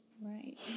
Right